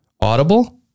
Audible